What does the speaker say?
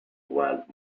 wild